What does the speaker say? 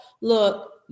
look